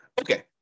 Okay